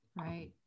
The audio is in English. Right